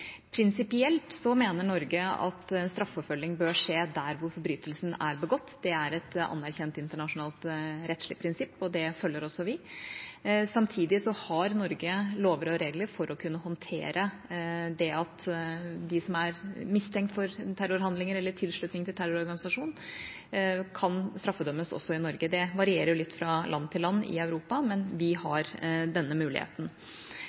Prinsipielt mener Norge at en straffeforfølging bør skje der hvor forbrytelsen er begått. Det er et anerkjent internasjonalt rettslig prinsipp, og det følger også vi. Samtidig har Norge lover og regler for å kunne håndtere det at de som er mistenkt for terrorhandlinger eller for tilslutning til en terrororganisasjon, kan straffedømmes også i Norge. Det varierer litt fra land til land i Europa, men vi har denne muligheten.